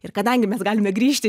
ir kadangi mes galime grįžti